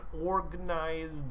organized